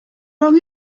long